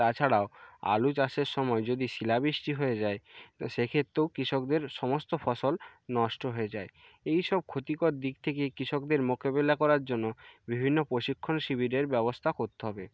তাছাড়াও আলু চাষের সময় যদি শিলা বৃষ্টি হয়ে যায় তো সেক্ষেত্রেও কৃষকদের সমস্ত ফসল নষ্ট হয়ে যায় এই সব ক্ষতিকর দিক থেকে কৃষকদের মোকাবিলা করার জন্য বিভিন্ন প্রশিক্ষণ শিবিরের ব্যবস্থা করতে হবে